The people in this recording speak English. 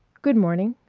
good morning.